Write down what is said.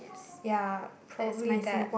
ya probably that